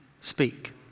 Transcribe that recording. speak